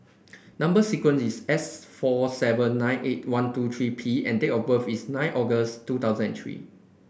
number sequence is S four seven nine eight one two three P and date of birth is nine August two thousand and three